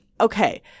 Okay